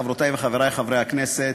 חברותי וחברי חברי הכנסת,